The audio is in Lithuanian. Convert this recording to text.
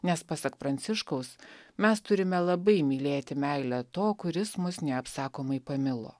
nes pasak pranciškaus mes turime labai mylėti meilę to kuris mus neapsakomai pamilo